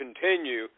continue